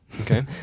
Okay